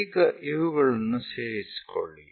ಈಗ ಇವುಗಳನ್ನು ಸೇರಿಸಿಕೊಳ್ಳಿ